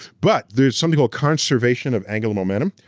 but there's something called conservation of angular momentum,